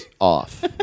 off